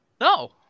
No